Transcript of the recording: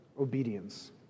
obedience